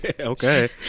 Okay